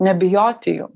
nebijoti jų